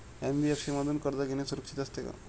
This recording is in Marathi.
एन.बी.एफ.सी मधून कर्ज घेणे सुरक्षित असते का?